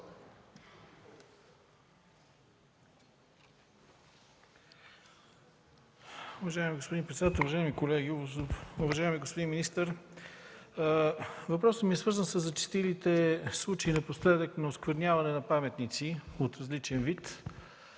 Въпросът ми е свързан със зачестилите случаи напоследък на оскверняване на паметници от различен вид.